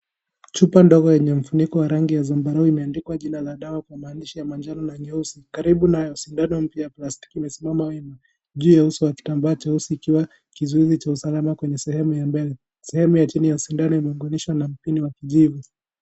Chupa ndogo yenye mfuniko wa rangi ya zambarau imeandikwa jina la dawa kwa maandishi ya manjano na nyeusi . Karibu nayo sindano mpya ya plastiki imesimama wima . Juu ya uso wa kitambaa cheusi ikiwa kizuizi cha usalama kwenye sehemu ya mbele . Sehemu ya chini ya sindano imeaunganishwa mpini wa kijivu.